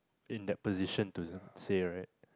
in that position to say right